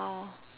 !wow!